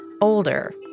older